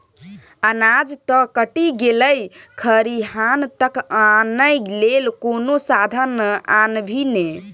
अनाज त कटि गेलै खरिहान तक आनय लेल कोनो साधन आनभी ने